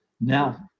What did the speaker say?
Now